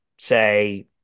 say